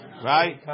right